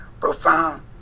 profound